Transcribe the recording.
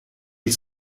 die